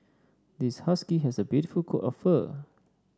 this husky has a beautiful coat of fur